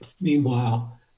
Meanwhile